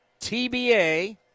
TBA